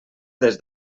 des